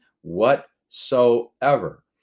whatsoever